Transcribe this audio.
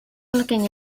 looking